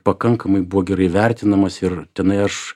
pakankamai buvo gerai vertinamas ir tenai aš